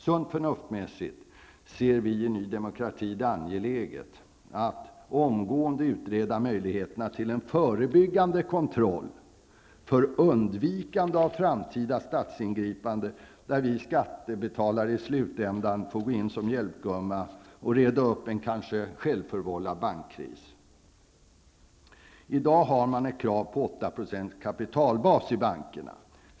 Sunt förnuftsmässigt ser vi i Ny Demokrati det som angeläget att omgående utreda möjligheterna till en förebyggande kontroll för undvikande av framtida statsingripanden, där vi skattebetalare i slutändan får gå in som hjälpgumma och reda upp en kanske självförvållad bankkris. I dag finns det ett krav på 8 % kapitalbas i bankerna.